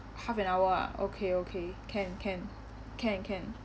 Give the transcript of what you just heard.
half an hour ah okay okay can can can can